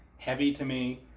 heavy to me.